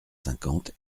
cinquante